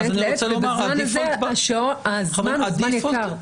והזמן הוא זמן יקר.